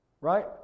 Right